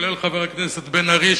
כולל חבר הכנסת בן-ארי,